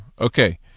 Okay